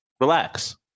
Relax